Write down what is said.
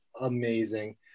amazing